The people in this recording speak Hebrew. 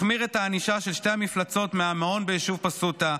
החמיר את הענישה של שתי המפלצות מהמעון בישוב פסוטה,